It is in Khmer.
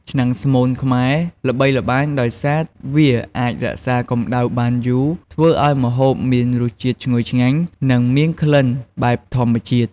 ឆ្នាំងស្មូនខ្មែរ ល្បីល្បាញដោយសារវាអាចរក្សាកម្ដៅបានយូរ ធ្វើឲ្យម្ហូបមានរសជាតិឈ្ងុយឆ្ងាញ់ និងមានក្លិនបែបធម្មជាតិ។